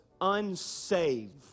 unsaved